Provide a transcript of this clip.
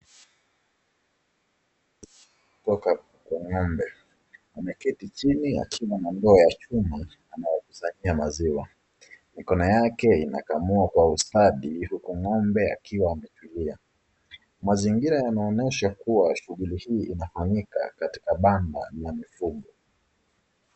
Kwa ng'ombe ameketi chini akiwa na nguo ya chuma ambaye ukusanyia maziwa, mkono yake inakamua kwa ustadi huku ng'ombe akiwa ametulia. Mazingira yanaonesha kuwa shuguli hii inafanyika katika banda la mifugo.